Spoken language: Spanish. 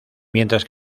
mientras